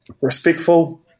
respectful